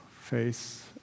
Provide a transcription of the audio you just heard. face